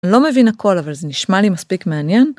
לא מבין הכל אבל זה נשמע לי מספיק מעניין.